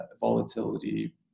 volatility